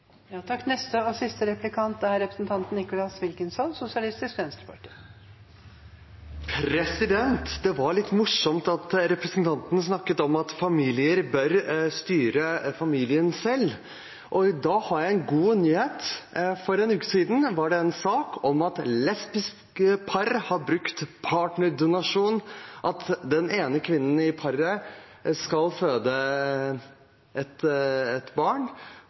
Det var litt morsomt at representanten snakket om at familier bør styre seg selv. Da har jeg en god nyhet: For en uke siden var det en sak om at lesbiske par har brukt partnerdonasjon, den ene kvinnen i paret skal føde et barn fra et